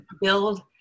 build